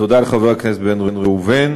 תודה לחבר הכנסת בן ראובן.